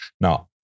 now